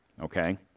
Okay